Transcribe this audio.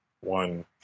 one